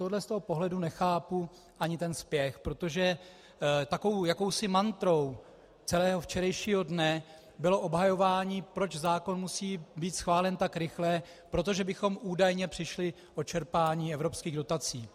Z tohoto pohledu nechápu ani ten spěch, protože takovou jakousi mantrou celého včerejšího dne bylo obhajování, proč zákon musí být schválen tak rychle, protože bychom údajně přišli o čerpání evropských dotací.